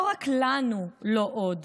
לא רק לנו לא עוד,